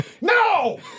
no